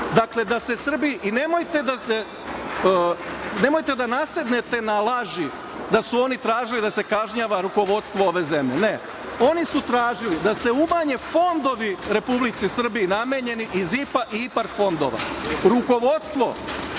Dakle, i nemojte da nasednete na laži da su oni tražili da se kažnjava rukovodstvo ove zemlje, ne. Oni su tražili da se umanje fondovi Republici Srbiji namenjeni iz IPA i IPARD fondova. Rukovodstvo